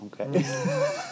Okay